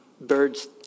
birds